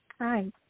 Hi